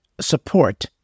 support